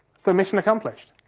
so, mission accomplished,